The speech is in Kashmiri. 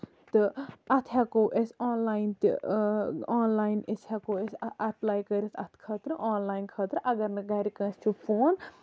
تہٕ اَتھ ہٮ۪کو أسۍ آنلاین تہِ آنلاین أسۍ ہٮ۪کَو أسۍ اٮ۪پلے کٔرِتھ اَتھ خٲطرٕ آنلایِن خٲطرٕ اَگر نہٕ گرِ کٲنسہِ چھُ فون